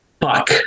Fuck